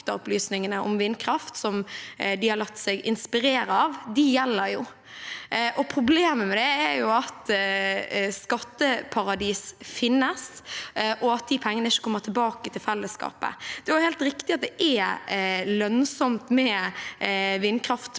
de faktaopplysningene om vindkraft som de har latt seg inspirere av, gjelder jo. Problemet er at skatteparadis finnes, og at de pengene ikke kommer tilbake til fellesskapet. Det er også helt riktig at det er lønnsomt med vindkraft